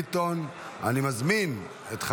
מתכבדת להודיעכם,